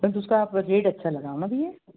बस उसका आप रेट अच्छा लगाओ ना भईया